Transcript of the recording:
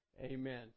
Amen